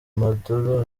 maduro